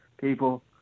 people